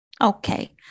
okay